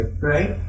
Right